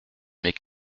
mes